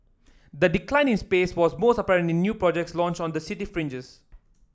the decline in space was most apparent in new projects launched on the city fringes